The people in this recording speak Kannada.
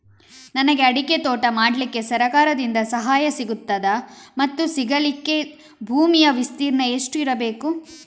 ನನಗೆ ಅಡಿಕೆ ತೋಟ ಮಾಡಲಿಕ್ಕೆ ಸರಕಾರದಿಂದ ಸಹಾಯ ಸಿಗುತ್ತದಾ ಮತ್ತು ಸಿಗಲಿಕ್ಕೆ ಭೂಮಿಯ ವಿಸ್ತೀರ್ಣ ಎಷ್ಟು ಇರಬೇಕು?